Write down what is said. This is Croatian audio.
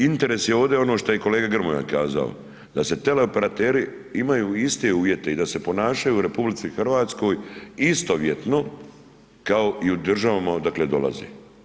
Interes je ovdje, ono što je kolega Grmoja kazao, da se teleoperateri imaju iste uvjete i da se ponašaju u RH istovjetno kao i u državama odakle dolaze.